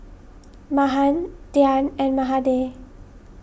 Mahan Dhyan and Mahade